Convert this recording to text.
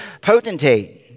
potentate